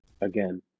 again